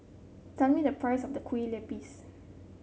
tell me the price of the Kue Lupis